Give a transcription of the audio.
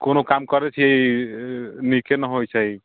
कोनो काम करै छी नीके नहि होइ छै